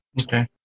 Okay